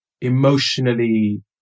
emotionally